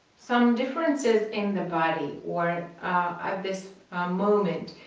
some differences in the body or of this moment.